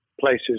places